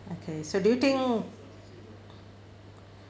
okay so do you think